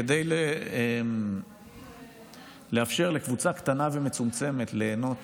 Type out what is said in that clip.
שכדי לאפשר לקבוצה קטנה ומצומצמת ליהנות